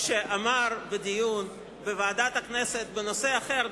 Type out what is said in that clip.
שאמר בדיון בוועדת הכנסת בנושא אחר,